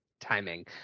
timing